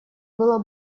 было